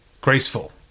graceful